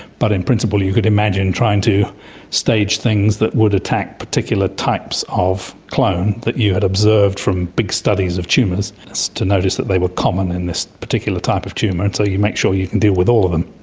but in principle you could imagine trying to stage things that would attack particular types of clone that you had observed from big studies of tumours to notice that they were common in this particular type of tumour, and so you make sure you can deal with all of them.